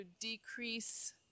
decrease